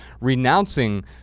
renouncing